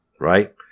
right